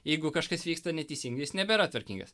jeigu kažkas vyksta neteisingai jis nebėra tvarkingas